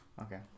okay